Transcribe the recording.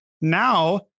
now